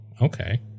okay